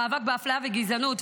מאבק באפליה וגזענות,